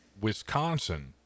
Wisconsin